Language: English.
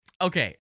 okay